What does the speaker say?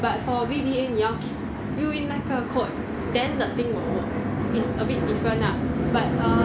but for V_B_A 你要 ke~ fill in 那个 code then the thing will load it's a bit different lah but err